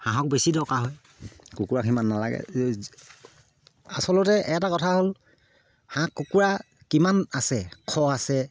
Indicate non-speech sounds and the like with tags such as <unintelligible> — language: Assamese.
হাঁহক বেছি দৰকাৰ হয় কুকুৰা সিমান নালাগে <unintelligible> আচলতে এটা কথা হ'ল হাঁহ কুকুৰা কিমান আছে শ আছে